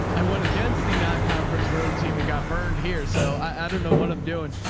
i went against the non-conference road team and got burned here. so i, i don't know what i'm doing,